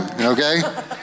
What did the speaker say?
okay